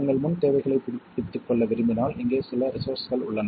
உங்கள் முன்தேவைகளைத் புதுப்பித்துக் கொள்ள விரும்பினால் இங்கே சில ரிசோர்ஸ்கள் உள்ளன